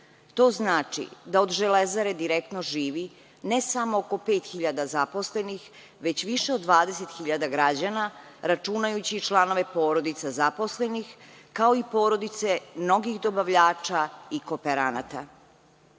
To znači da od Železare direktno živi ne samo oko 5.000 zaposlenih, već više od 20.000 građana računajući članove porodica zaposlenih, kao i porodice mnogih dobavljača i kooperanata. Ističem